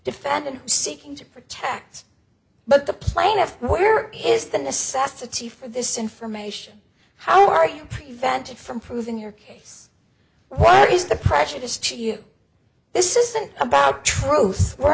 defendant seeking to protect but the plaintiff where is the necessity for this information how are you prevented from proving your case where is the prejudice to you this isn't about truth we're